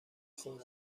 خوب